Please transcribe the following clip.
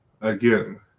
again